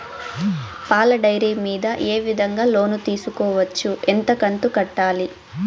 పాల డైరీ మీద ఏ విధంగా లోను తీసుకోవచ్చు? ఎంత కంతు కట్టాలి?